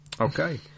Okay